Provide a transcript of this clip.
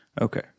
Okay